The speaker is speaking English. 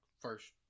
first